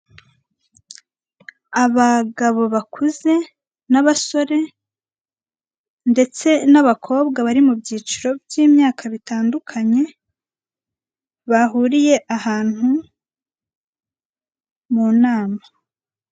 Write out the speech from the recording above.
Abagabo bakuze n'abasore ndetse n'abakobwa bari mu byiciro by'imyaka bitandukanye bahuriye ahantu mu nama.